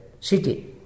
city